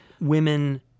Women